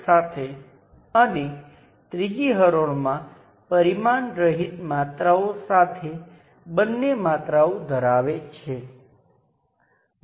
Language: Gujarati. તો પહેલાની જેમ જ આ લૂપ માંથી 1 મિલી એમ્પ કરંટ ઘડિયાળનાં કાંટાની દિશામાં વહે છે